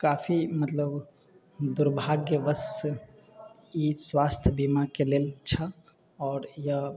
काफी मतलब दुर्भाग्यवश ई स्वास्थ्य बीमाके लेल छै आओर यह